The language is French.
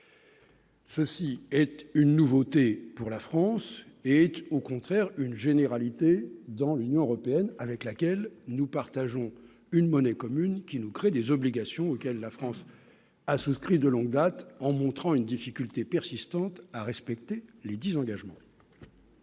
Ceci est une nouveauté pour la France et au contraire une généralité dans l'Union européenne, avec laquelle nous partageons une monnaie commune qui nous crée des obligations auxquelles la France a souscrit de longue date en montrant une difficulté persistante à respecter les 10 engagements.